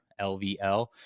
lvl